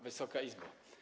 Wysoka Izbo!